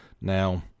Now